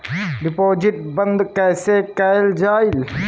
Deposit बंद कैसे कैल जाइ?